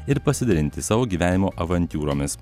ir pasidalinti savo gyvenimo avantiūromis